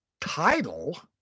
title